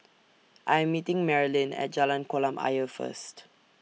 I Am meeting Marylin At Jalan Kolam Ayer First